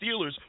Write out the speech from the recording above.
Steelers